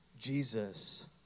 Jesus